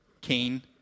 Cain